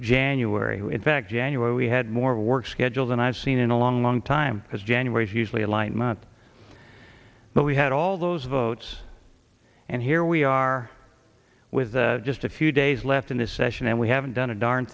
january we in fact january we had more work schedule than i've seen in a long long time because january is usually a light month but we had all those votes and here we are with just a few days left in this session and we haven't done a darn